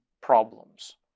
problems